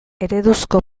ereduzko